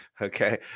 Okay